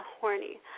horny